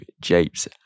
Japes